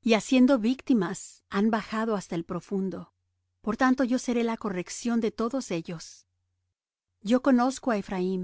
y haciendo víctimas han bajado hasta el profundo por tanto yo seré la corrección de todos ellos yo conozco á ephraim